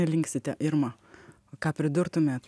liksite irma o ką pridurtumėt